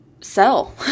sell